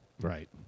Right